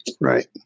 right